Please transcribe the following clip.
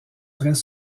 très